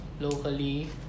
locally